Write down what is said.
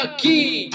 key